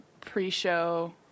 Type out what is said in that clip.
pre-show